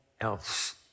else